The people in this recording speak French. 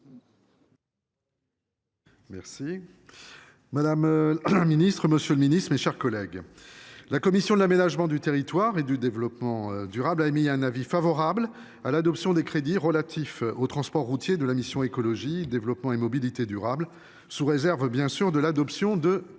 le président, madame, messieurs les ministres, mes chers collègues, la commission de l’aménagement du territoire et du développement durable a émis un avis favorable sur l’adoption des crédits relatifs aux transports routiers de la mission « Écologie, développement et mobilité durables », sous réserve de l’adoption de quatorze